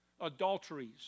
adulteries